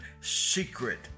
secret